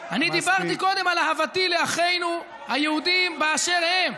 דיברתי קודם על אהבתי לאחינו היהודים באשר הם.